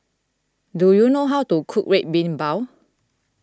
do you know how to cook Red Bean Bao